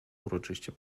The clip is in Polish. uroczyście